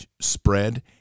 spread